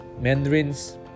Mandarin's